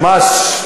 ממש.